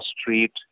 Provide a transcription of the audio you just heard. street